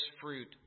fruit